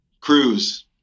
Cruise